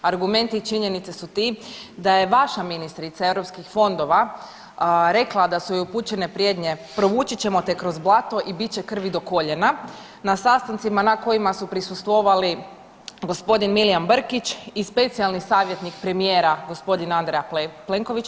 Argumenti i činjenice su ti da je vaša ministrica europskih fondova rekla da su joj upućene prijetnje „provući ćemo te kroz blato“ i „bit će krvi do koljena“ na sastancima na kojima su prisustvovali gospodin Milijan Brkić i specijalni savjetnik premijera gospodina Andreja Plenkovića.